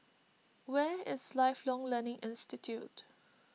where is Lifelong Learning Institute